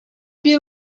been